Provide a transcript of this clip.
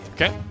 Okay